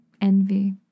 envy